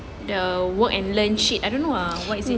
the work and learn shit I don't know ah what is it